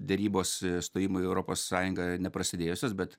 derybos stojimo į europos sąjungą neprasidėjusios bet